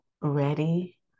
ready